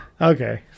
Okay